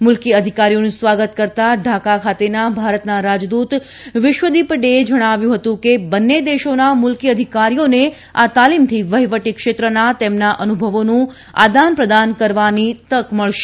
મુલકી અધિકારીઓનું સ્વાગત કરતા ઢાકા ખાતેના ભારતના રાજદુત વિશ્વદીપ ડેએ જણાવ્યું હતું કે બંને દેશોના મુલકી અધિકારીઓને આ તાલીમથી વહીવટી ક્ષેત્રના તેમના અનુભવોનું આદાન પ્રદાન કરવાની તક મળશે